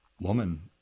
woman